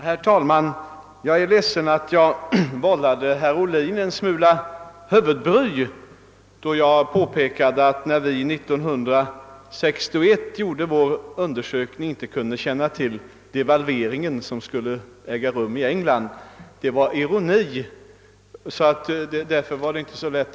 Herr talman! Jag är ledsen att jag vållade herr Ohlin en smula huvudbry, då jag påpekade att vi, när vi 1961 gjorde vår undersökning, inte kunde känna till devalveringen som skulle äga rum 1967 i England.